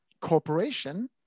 corporation